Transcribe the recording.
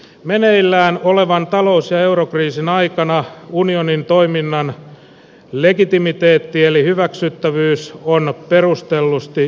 meneillään olevan talous ja eurokriisin aikana unionin toiminnan legitimiteetti eli hyväksyttävyys on perustellusti kyseenalaistettu